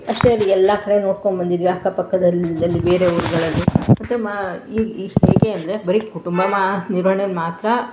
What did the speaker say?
ಅಷ್ಟೇ ಅಲ್ಲ ಎಲ್ಲ ಕಡೆ ನೋಡ್ಕೊಂಡ್ಬಂದಿದ್ವಿ ಅಕ್ಕಪಕ್ಕದಲ್ಲಿ ಬೇರೆ ಊರುಗಳಲ್ಲಿ ಮತ್ತು ಮ ಈಗ ಈಗ ಹೇಗೆ ಅಂದರೆ ಬರಿ ಕುಟುಂಬ ಮ ನಿರ್ವಹಣೆ ಮಾತ್ರ